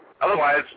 Otherwise